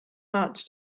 hard